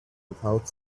without